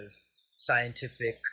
scientific